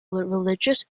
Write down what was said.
religious